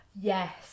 Yes